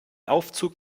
aufzug